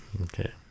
okay